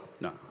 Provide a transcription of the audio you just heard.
No